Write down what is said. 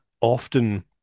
often